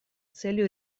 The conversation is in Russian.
целью